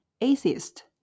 atheist